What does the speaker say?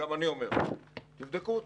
גם אני אומר תבדקו אותי,